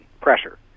pressure